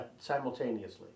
simultaneously